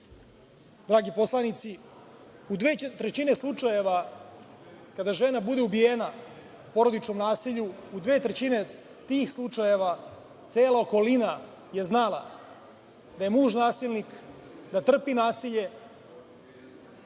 poslanici, u dve trećine slučajeva kada žena bude ubijena u porodičnom nasilju, u dve trećine tih slučajeva cela okolina je znala da je muž nasilnik, da trpi nasilje,